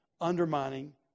undermining